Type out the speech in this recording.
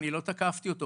אני לא תקפתי אותו.